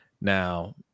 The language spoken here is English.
Now